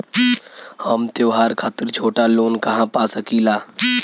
हम त्योहार खातिर छोटा लोन कहा पा सकिला?